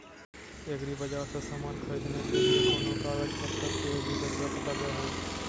एग्रीबाजार से समान खरीदे के लिए कोनो कागज पतर के भी जरूरत लगो है?